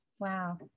Wow